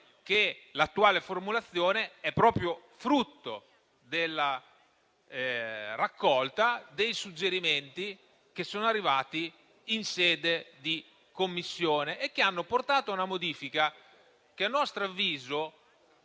che l'attuale formulazione è proprio frutto della raccolta dei suggerimenti che sono arrivati in sede di Commissione, che hanno portato a una modifica che a nostro avviso